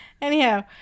Anyhow